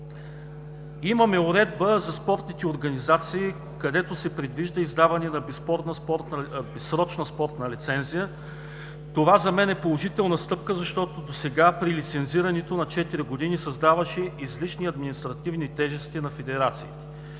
Имаме уредба за спортните организации, където се предвижда издаване на безсрочна спортна лицензия. Това за мен е положителна стъпка, защото досега при лицензирането на четири години създаваше излишни административни тежести на федерациите.